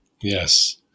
Yes